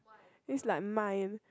this like mine